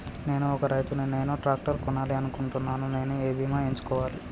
నేను ఒక రైతు ని నేను ట్రాక్టర్ కొనాలి అనుకుంటున్నాను నేను ఏ బీమా ఎంచుకోవాలి?